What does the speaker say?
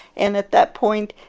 and at that point,